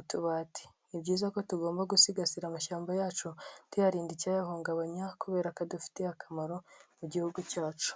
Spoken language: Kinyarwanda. utubati. Ni byiza ko tugomba gusigasira amashyamba yacu tuyarinda icyayahungabanya kubera ko adufitiye akamaro mu gihugu cyacu.